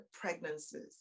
pregnancies